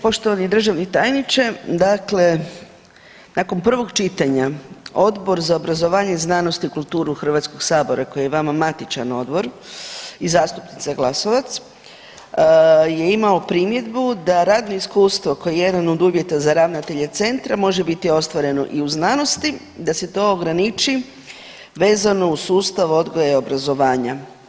Poštovani državni tajniče, dakle nakon prvog čitanja Odbor za obrazovanje, znanost i kulturu Hrvatskog sabora koji je vama matičan odbor i zastupnica Glasovac je imao primjedbu da radno iskustvo kao jedan od uvjeta za ravnatelje centra može biti ostvareno i u znanosti da se to ograniči vezano uz sustav odgoja i obrazovanja.